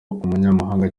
umunyamahanga